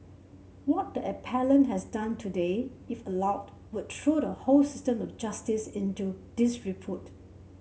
what the appellant has done today if allowed would throw the whole system of justice into disrepute